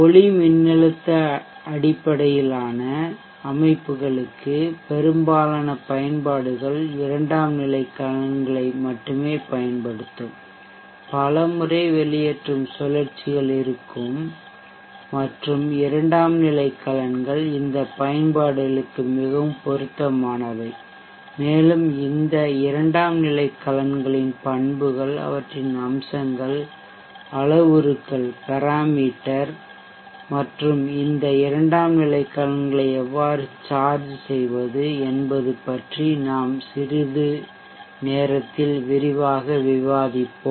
ஒளிமின்னழுத்த அடிப்படையிலான அமைப்புகளுக்கு பெரும்பாலான பயன்பாடுகள் இரண்டாம் நிலை கலன்களை மட்டுமே பயன்படுத்தும் பல முறை வெளியேற்றும் சுழற்சிகள் இருக்கும் மற்றும் இரண்டாம் நிலை கலன்கள் இந்த பயன்பாடுகளுக்கு மிகவும் பொருத்தமானவை மேலும் இந்த இரண்டாம் நிலை கலன்களின் பண்புகள் அவற்றின் அம்சங்கள் அளவுருக்கள் மற்றும் இந்த இரண்டாம் நிலை கலன்களை எவ்வாறு சார்ஜ் செய்வது என்பது பற்றி நாம் சிறிது நேரத்தில் விரிவாக விவாதிப்போம்